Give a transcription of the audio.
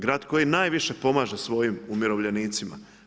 Grad koji najviše pomaže svojim umirovljenicima.